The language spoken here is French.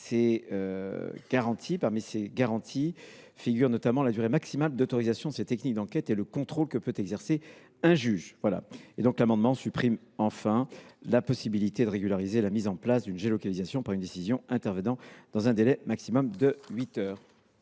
Parmi elles figurent notamment la durée maximale d’autorisation de ces techniques et le contrôle que peut exercer un juge. Enfin, l’amendement tend à supprimer la possibilité de régulariser la mise en place d’une géolocalisation par une décision intervenant dans un délai maximum de huit heures.